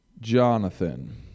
Jonathan